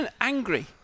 angry